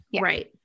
Right